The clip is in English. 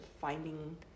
finding